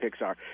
Pixar